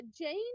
Jane